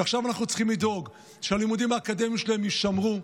ועכשיו אנחנו צריכים לדאוג שהלימודים האקדמיים שלהם יישמרו,